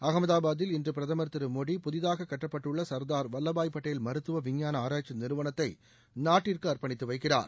அகமதாபாதில் இன்று பிரதமர் திரு மோடி புதிதாக கட்டப்பட்டுள்ள சர்தார் வல்லபாய் பட்டேல் மருத்துவ விஞஞான ஆராய்ச்சி நிறுவனத்தை நாட்டிற்கு அர்ப்பணித்து வைக்கிறார்